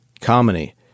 Comedy